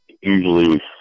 usually